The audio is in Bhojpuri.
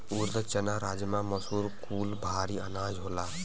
ऊरद, चना, राजमा, मसूर कुल भारी अनाज होला